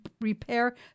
repair